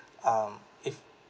um if